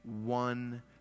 one